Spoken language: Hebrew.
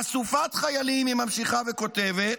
"אסופת חיילים", היא ממשיכה וכותבת,